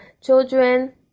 children